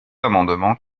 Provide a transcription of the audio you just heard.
amendement